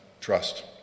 trust